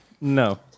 No